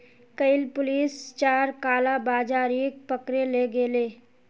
कइल पुलिस चार कालाबाजारिक पकड़े ले गेले